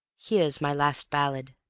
here's my last ballad